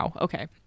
Okay